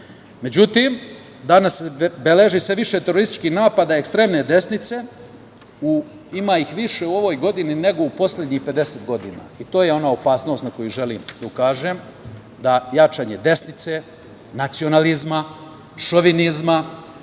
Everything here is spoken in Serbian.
Međutim, danas se beleži više teroristički napad na ekstremne desnice. Ima ih više u ovoj godini, nego u poslednjih 50 godina i to je ona opasnost na koju želim da ukažem, da jačanje desnice, nacionalizma, šovinizma